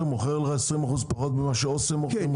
מוכר לך 20% פחות ממה שאסם מוכרת לך.